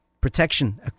protection